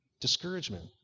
discouragement